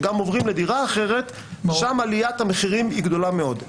וגם עוברים לדירה אחרת ושם עליית המחירים היא גדולה מאוד.